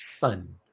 fun